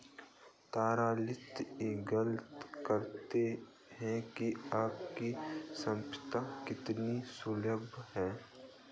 तरलता इंगित करती है कि आपकी संपत्ति कितनी सुलभ है